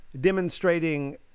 demonstrating